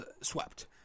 swept